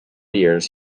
years